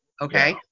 Okay